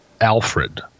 Alfred